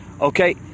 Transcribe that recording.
Okay